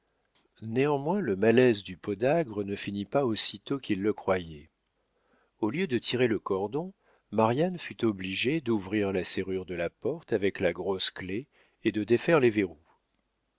néanmoins le malaise du podagre ne finit pas aussitôt qu'il le croyait au lieu de tirer le cordon marianne fut obligée d'ouvrir la serrure de la porte avec la grosse clef et de défaire les verrous